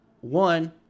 One